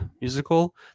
musical